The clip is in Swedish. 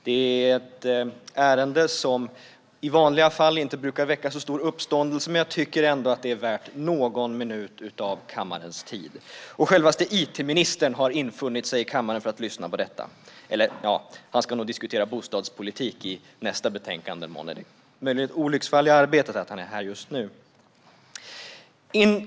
Det är ett ärende som i vanliga fall inte brukar väcka så stor uppståndelse, men jag tycker ändå att det är värt någon minut av kammarens tid. Självaste it-ministern har infunnit sig i kammaren för att lyssna på detta - eller ska han månne diskutera bostadspolitik i nästa ärende. Möjligen är det ett olycksfall i arbetet att han är här just nu.